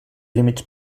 límits